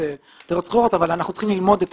אנחנו צריכים ללמוד את